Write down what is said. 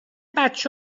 بچه